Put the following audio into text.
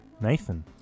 nathan